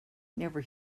never